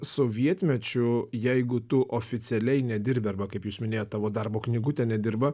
sovietmečiu jeigu tu oficialiai nedirbi arba kaip jūs minėjot tavo darbo knygutė nedirba